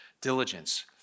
Diligence